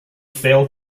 fell